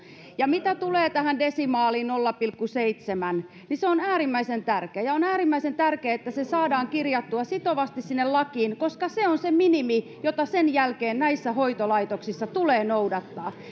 ja mitä tulee tähän desimaaliin nolla pilkku seitsemän niin se on äärimmäisen tärkeä ja on äärimmäisen tärkeää että se saadaan kirjattua sitovasti sinne lakiin koska se on se minimi jota sen jälkeen näissä hoitolaitoksissa tulee noudattaa